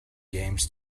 games